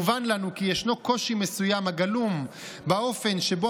מובן לנו כי ישנו קושי מסוים הגלום באופן שבו